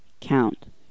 count